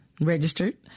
registered